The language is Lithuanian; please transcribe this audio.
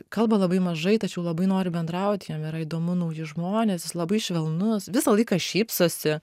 kalba labai mažai tačiau labai nori bendraut jam yra įdomu nauji žmonės jis labai švelnus visą laiką šypsosi